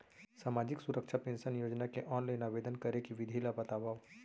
सामाजिक सुरक्षा पेंशन योजना के ऑनलाइन आवेदन करे के विधि ला बतावव